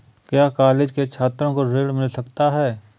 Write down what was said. क्या कॉलेज के छात्रो को ऋण मिल सकता है?